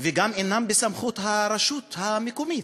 וגם לא בסמכות הרשות המקומית.